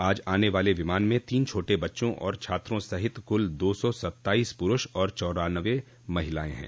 आज आने वाले विमान में तीन छोटे बच्चों और छात्रों सहित कुल दो सौ सत्ताइस पुरूष और चौरान्नबे महिलाएं हैं